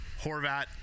Horvat